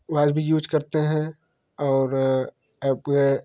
mobile पर use करते हैं और अब